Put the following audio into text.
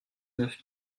neuf